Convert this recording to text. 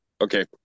okay